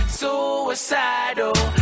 suicidal